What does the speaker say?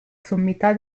sommità